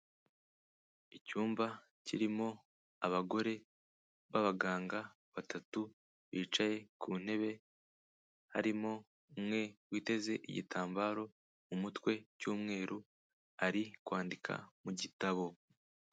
Icyumba kirimo abagore b'abaganga batatu bicaye ku ntebe, harimo umwe witeze igitambaro mu mutwe cy'umweru ari kwandika mu gitabo.